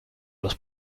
los